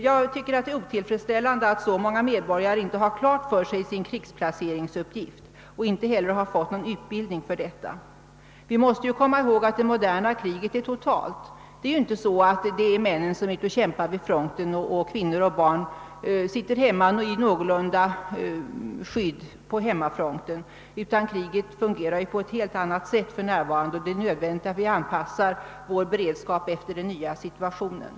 Jag tycker att det är otillfredsställande att så många medborgare inte har sin krigsplaceringsuppgift klar för sig och att inte heller har fått någon utbildning för denna. Vi måste komma ihåg att det moderna kriget är totalt. Det är ju inte så att männen kämpar vid fronten, medan kvinnor och barn sitter hemma i någorlunda skydd. Kriget fungerar för närvarande på ett helt annat sätt, och det är nödvändigt att vi anpassar vår beredskap efter den nya situationen.